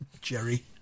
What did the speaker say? Jerry